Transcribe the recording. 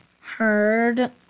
heard